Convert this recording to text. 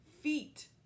Feet